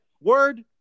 word